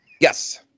Yes